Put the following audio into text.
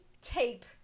tape